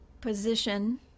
position